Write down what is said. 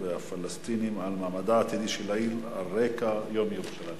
והפלסטינים על מעמדה העתידי של העיר על רקע יום ירושלים.